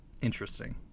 Interesting